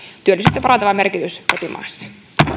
työllisyyttä parantava merkitys kotimaassa